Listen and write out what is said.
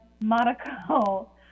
Monaco